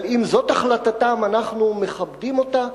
אבל אם זאת החלטתם אנחנו מכבדים אותה,